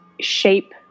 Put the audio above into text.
shape